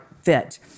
fit